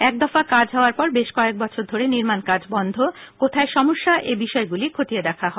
এক দফা কাজ হওয়ার পর বেশ কয়েক বছর ধরে নির্মান কাজ বন্ধ এবং কোখায় সমস্যা এ বিষয়গুলি খতিয়ে দেখা হয়